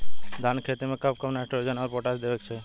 धान के खेती मे कब कब नाइट्रोजन अउर पोटाश देवे के चाही?